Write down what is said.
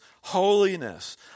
holiness